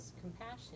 compassion